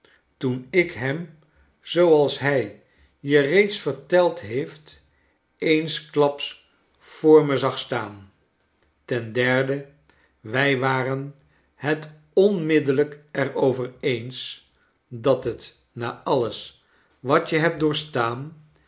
toen ik hem zooals hij je reeds verteld heeft eensklaps voor me zag staan ten derde wij waren het onmiddellijk er over eens dat het na alios wat je hebt doorstaan